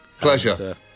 Pleasure